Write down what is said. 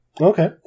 Okay